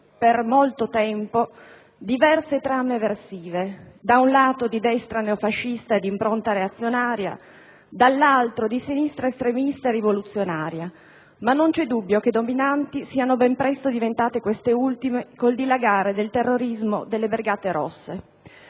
per molto tempo diverse trame eversive, da un lato di destra neofascista di impronta reazionaria, dall'altro di sinistra estremista rivoluzionaria, ma non c'è dubbio che dominanti siano ben presto diventate queste ultime con il dilagare del terrorismo delle brigate rosse;